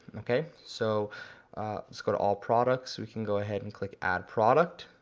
okay so let's go to all products. we can go ahead and click add product.